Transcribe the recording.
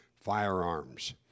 firearms